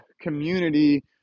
community